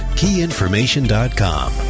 keyinformation.com